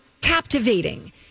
captivating